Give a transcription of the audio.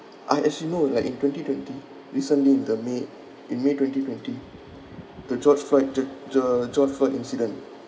uh as you know like in twenty twenty recently in the may in may twenty twenty the george floyd ge~ ge~ george floyd incident